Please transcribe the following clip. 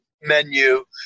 menu